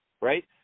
right